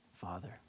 Father